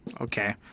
okay